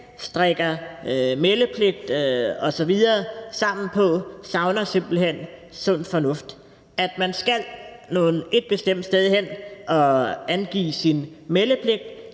strikker meldepligt osv. sammen på, savner simpelt hen sund fornuft, altså at folk skal et bestemt sted hen og angive deres meldepligt.